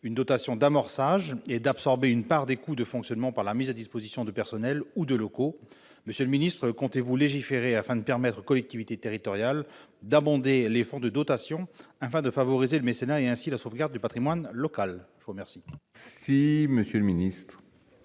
une dotation d'amorçage et d'absorber une part des coûts de fonctionnement par la mise à disposition de personnels ou de locaux. Monsieur le ministre, comptez-vous légiférer sur ce point, afin de permettre aux collectivités territoriales d'abonder les fonds de dotation en vue de favoriser le mécénat et ainsi la sauvegarde du patrimoine local ? La parole est à M. le ministre.